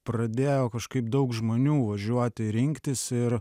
pradėjo kažkaip daug žmonių važiuoti rinktis ir